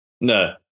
No